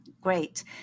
Great